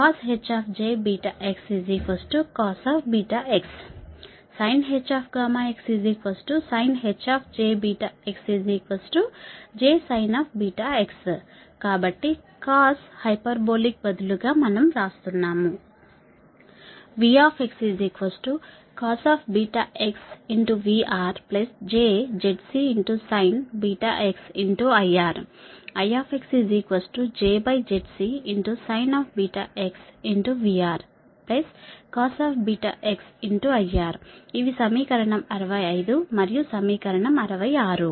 coshxcosh cos sinhxsinh jsin కాబట్టి cos hyperbolic బదులు గా మనం వ్రాస్తున్నాం VcosVRjZc sinxIR IxjZcsinVRcosIR ఇవి సమీకరణం 65 మరియు సమీకరణం 66